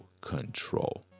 control